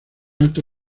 alto